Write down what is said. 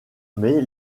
mai